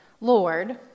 Lord